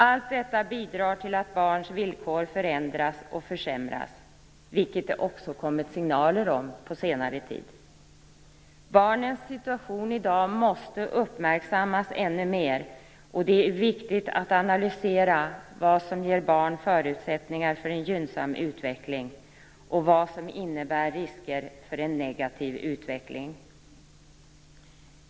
Allt detta bidrar till att barns villkor förändras och försämras, vilket det också kommit signaler om på senare tid. Barnens situation i dag måste uppmärksammas ännu mer, och det är viktigt att analysera vad som ger barn förutsättningar för en gynnsam utveckling och vad som innebär risker för en negativ utveckling.